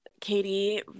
Katie